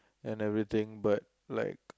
and everything but like